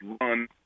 run